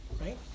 right